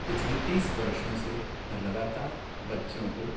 पिछले तीस वर्षों से मैं लगातार बच्चों को